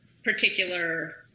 Particular